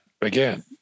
again